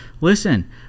Listen